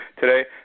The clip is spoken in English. today